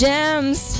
Gems